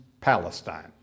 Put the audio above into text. Palestine